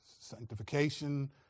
sanctification